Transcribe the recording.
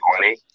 money